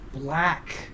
black